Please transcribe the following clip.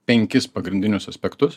penkis pagrindinius aspektus